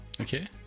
Okay